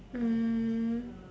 um